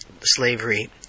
Slavery